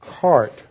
cart